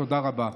תודה רבה.